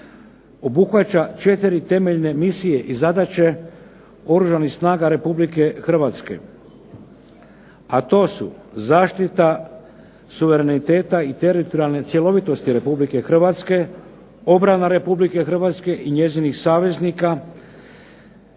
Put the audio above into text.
obuhvaća 4 temeljne misije i zadaće Oružanih snaga RH. A to su: zaštiti suvereniteta i teritorijalne cjelovitosti RH, obrana RH i njezinih saveznika,